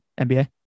NBA